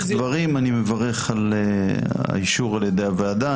אני מברך על האישור על-ידי הוועדה.